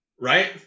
Right